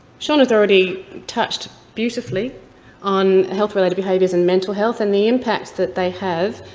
seana's already touched beautifully on health-related behaviors and mental health and the impact that they have,